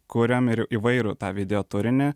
kuriam ir įvairų tą video turinį